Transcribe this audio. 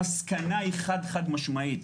המסקנה היא חד חד-משמעית,